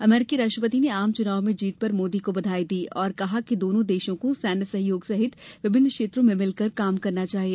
अमरीकी राष्ट्रपति ने आम चुनाव में जीत पर मोदी को बधाई दी और कहा कि दोनों देशों को सैन्य सहयोग सहित विभिन्न क्षेत्रों में मिलकर काम करना चाहिए